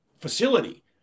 facility